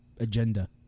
agenda